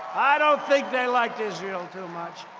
i don't think they liked israel too much.